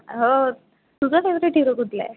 हो तुझा favourite hero कुठला आहे